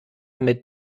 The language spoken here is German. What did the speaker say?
mit